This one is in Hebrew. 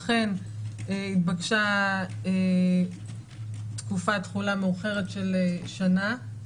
אכן התבקשה תקופת תחולה מאוחרת של שנה.